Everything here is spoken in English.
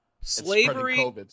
Slavery